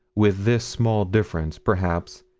with this small difference, perhaps,